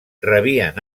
rebien